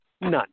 none